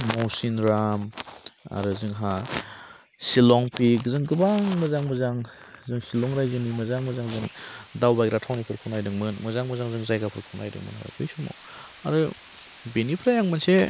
मौसिनराम आरो जोंहा सिलं पिगजों गोबां मोजां मोजां सिलं राज्योनि मोजां मोजां जों दावबायग्रा थावनिफोरखौ नायदोंमोन मोजां मोजां जों जायगाफोरखौ आरो बै समाव आरो बेनिफ्राय आं मोनसे